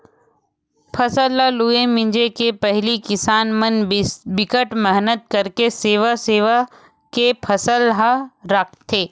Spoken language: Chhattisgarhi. फसल ल लूए मिजे के पहिली किसान मन बिकट मेहनत करके सेव सेव के फसल ल राखथे